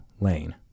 lane